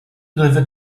delivered